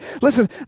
Listen